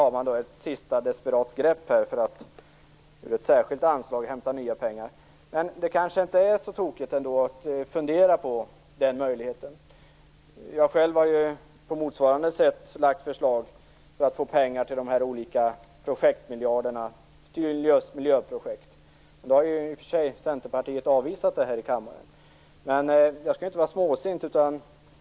Man tar ett sista desperat grepp för att ur ett särskilt anslag hämta nya pengar. Det är kanske inte så tokigt ändå att fundera på den möjligheten. Jag har själv på motsvarande sätt lagt fram förslag för att få pengar till de miljarder som krävs för miljöprojekt. Centerpartiet har avvisat detta här i kammaren, men jag skall inte vara småsint.